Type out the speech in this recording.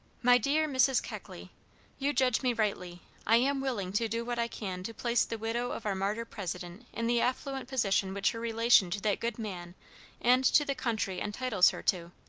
my dear mrs. keckley you judge me rightly i am willing to do what i can to place the widow of our martyr president in the affluent position which her relation to that good man and to the country entitles her to.